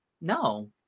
no